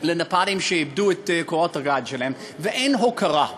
לנפאלים שאיבדו את קורת הגג שלהם, ואין הוקרה.